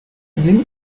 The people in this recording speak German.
sing